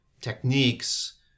techniques